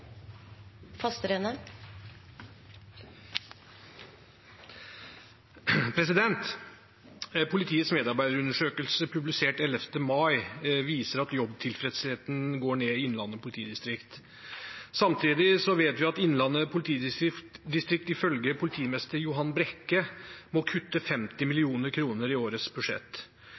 ned i Innlandet politidistrikt. Samtidig vet vi at Innlandet politidistrikt, ifølge politimester Johan Brekke, må kutte 50 millioner kroner i årets budsjett.